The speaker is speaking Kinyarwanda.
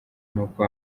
nuko